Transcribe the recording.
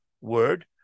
word